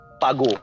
Pago